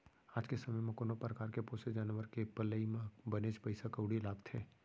आज के समे म कोनो परकार के पोसे जानवर के पलई म बनेच पइसा कउड़ी लागथे